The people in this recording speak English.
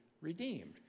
redeemed